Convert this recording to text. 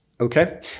Okay